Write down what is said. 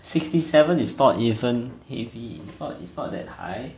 sixty seven is not even heavy it's not it's not that high